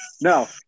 no